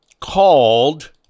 called